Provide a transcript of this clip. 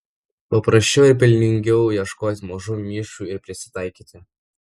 paprasčiau ir pelningiau ieškoti mažų nišų ir prisitaikyti